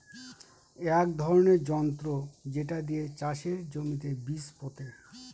এক ধরনের যন্ত্র যেটা দিয়ে চাষের জমিতে বীজ পোতে